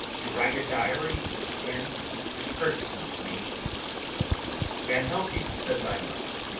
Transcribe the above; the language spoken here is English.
to write diary with a pen is irksome to me but van helsing says i must.